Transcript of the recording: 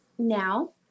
now